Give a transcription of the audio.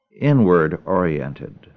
inward-oriented